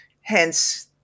hence